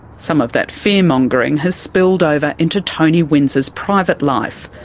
some of that fear mongering has spilled over into tony windsor's private life,